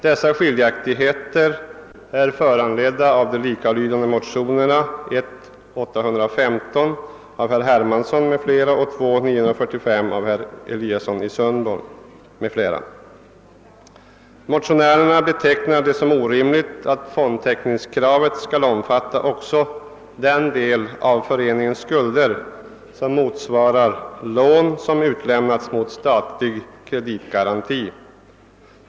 Dessa skiljaktigheter är föranledda av de likalydande motionerna I: 815 av herr Hermansson m.fl. och II:945 av herr Eliasson i Sundborn m.fl. Motionärerna betecknar det som orimligt att fondtäckningskravet också skall omfatta den del av föreningons skulder som motsvarar lån utlämnade mot statlig kreditgaranti.